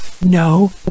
no